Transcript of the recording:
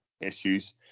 issues